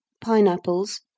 pineapples